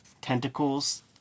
tentacles